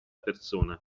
persona